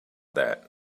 that